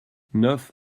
neuf